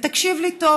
ותקשיב לי טוב,